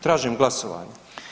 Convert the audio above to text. Tražim glasovanje.